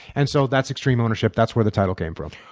and so that's extreme ownership that's where the title came from.